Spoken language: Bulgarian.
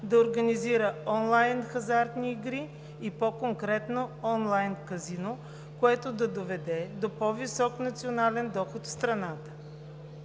да организира онлайн хазартни игри и по-конкретно онлайн казино, което да доведе до по-висок национален доход в страната.